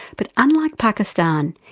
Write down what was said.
but unlike pakistan,